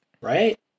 Right